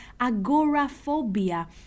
agoraphobia